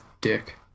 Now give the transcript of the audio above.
dick